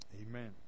Amen